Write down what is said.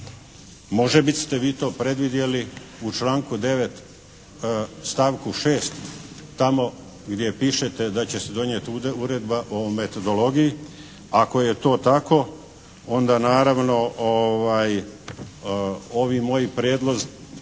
može biti vi ste to predvidjeli u članku 9. stavku 6. tamo gdje pišete da će se donijeti uredba o metodologiji. Ako je to tako, onda naravno ovi moji prijedlozi